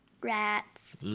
rats